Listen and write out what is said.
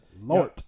Lord